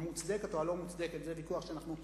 המוצדקת או הלא-מוצדקת, זה ויכוח שאנחנו מתווכחים,